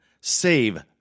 Save